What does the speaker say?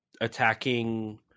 attacking